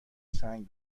سنگ